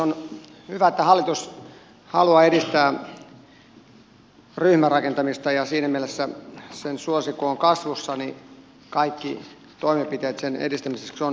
on hyvä että hallitus haluaa edistää ryhmärakentamista ja siinä mielessä sen suosio kun on kasvussa kaikki toimenpiteet sen edistämiseksi ovat hyviä